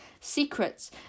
secrets